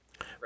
Right